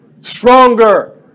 stronger